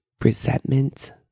resentment